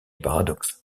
paradoxe